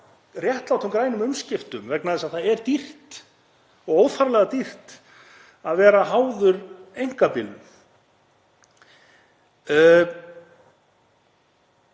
réttlátum grænum umskiptum vegna þess að það er dýrt, og óþarflega dýrt, að vera háður einkabílnum.